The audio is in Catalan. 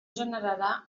generarà